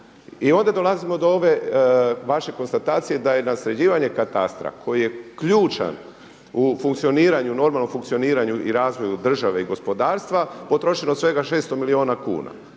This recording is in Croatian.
I onda dolazimo do ove vaše konstatacije da je na sređivanje katastra koji je ključan u funkcioniranju, normalnom funkcioniranju i razvoju države i gospodarstva potrošeno svega 600 milijuna kuna.